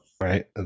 right